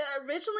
originally